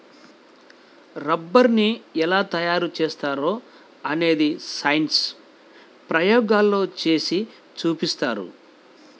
రబ్బరుని ఎలా తయారు చేస్తారో అనేది సైన్స్ ప్రయోగాల్లో చేసి చూపిస్తారు